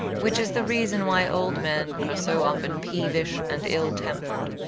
which is the reason why old men are so often peevish and ill-tempered,